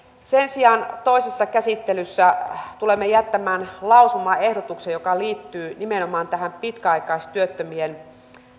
sen sijaan toisessa käsittelyssä tulemme jättämään lausumaehdotuksen joka liittyy nimenomaan tähän pitkäaikaistyöttömien